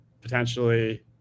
potentially